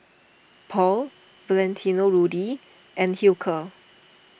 Paul Valentino Rudy and Hilker